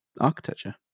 architecture